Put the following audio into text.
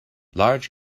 large